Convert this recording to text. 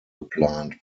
geplant